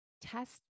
Test